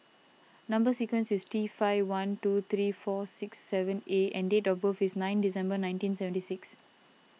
Number Sequence is T five one two three four six seven A and date of birth is nine December nineteen seventy six